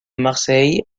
marseille